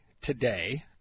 today